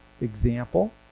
example